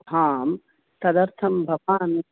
आम् तदर्थं भवान्